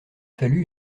fallu